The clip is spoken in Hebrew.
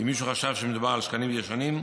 אם מישהו חשב שמדובר על שקלים ישנים,